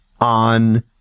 on